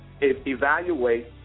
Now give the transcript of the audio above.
evaluate